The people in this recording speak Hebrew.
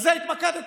בזה התמקדתם,